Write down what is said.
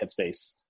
Headspace